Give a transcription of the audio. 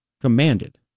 Commanded